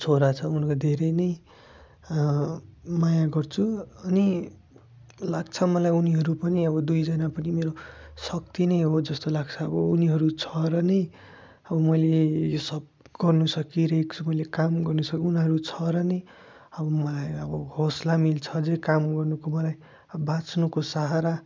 छोरा छ उनको धेरै नै माया गर्छु अनि लाग्छ मलाई उनीहरू पनि अब दुईजना पनि मेरो शक्ति नै हो जस्तो लाग्छ अब उनीहरू छ र नै मैले यो सब गर्नु सकिरहेको छु मैले काम गर्नु सकेँ उनीहरू छ र नै अब मलाई अब हौसला मिल्छ अझै काम गर्नुको मलाई बाँच्नुको सहारा